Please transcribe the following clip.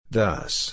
Thus